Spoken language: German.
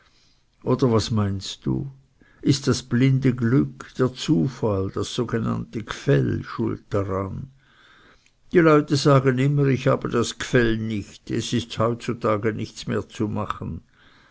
oder was meinst du ist das blinde glück der zufall das sogenannte gfell schuld daran die leute sagen immer ich habe das gfell nicht es ist heutzutage nichts mehr zu machen